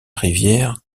rivière